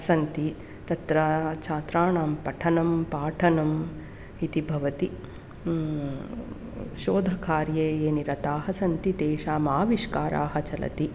सन्ति तत्र छात्राणां पठनं पाठनम् इति भवति शोधकार्ये ये निरताः सन्ति तेषां आविष्काराः चलन्ति